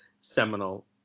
seminal